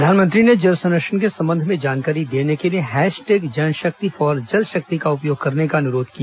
प्रधानमंत्री ने जल संरक्षण के संबंध में जानकारी देने के लिए हैश टैग जन शक्ति फॉर जल शक्ति का उपयोग करने का अनुरोध किया